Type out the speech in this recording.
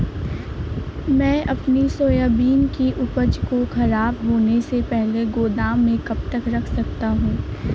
मैं अपनी सोयाबीन की उपज को ख़राब होने से पहले गोदाम में कब तक रख सकता हूँ?